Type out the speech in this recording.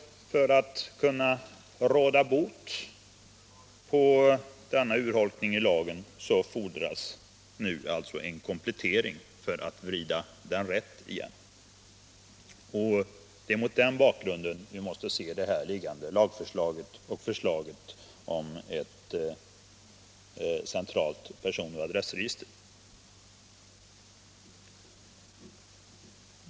För att råda bot på denna urholkning fordras alltså nu en komplettering av lagen så att vi vrider den rätt igen. Det är mot den bakgrunden som vi måste se det nu föreliggande lagförslaget om ett centralt person och adressregister.